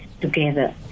together